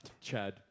Chad